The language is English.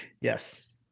Yes